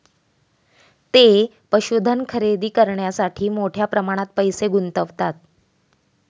ते पशुधन खरेदी करण्यासाठी मोठ्या प्रमाणात पैसे गुंतवतात